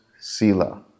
Sila